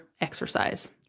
exercise